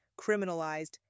criminalized